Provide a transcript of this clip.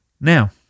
Now